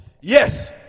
Yes